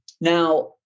now